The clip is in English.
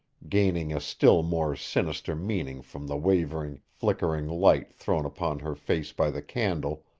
gaining a still more sinister meaning from the wavering, flickering light thrown upon her face by the candle,